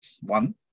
one